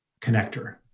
connector